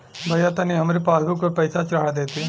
भईया तनि हमरे पासबुक पर पैसा चढ़ा देती